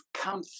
come